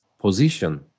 position